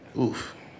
oof